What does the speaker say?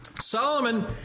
Solomon